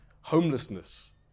Homelessness